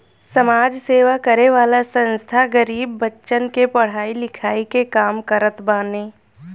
समाज सेवा करे वाला संस्था गरीब बच्चन के पढ़ाई लिखाई के काम करत बाने